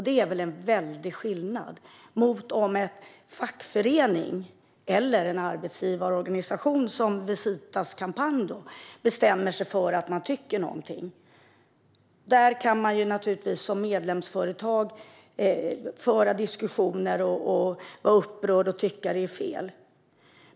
Det är stor skillnad om en fackförening, eller en arbetsgivarorganisation, likt Visitas kampanj, bestämmer sig för att man tycker något. Ett medlemsföretag kan föra diskussioner, vara upprört och tycka att något är fel.